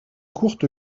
courte